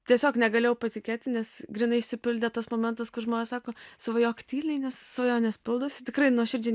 tiesiog negalėjau patikėti nes grynai išsipildė tas momentas kur žmonės sako svajok tyliai nes svajonės pildosi tikrai nuoširdžiai